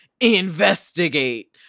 investigate